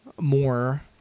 more